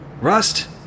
Rust